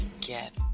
Get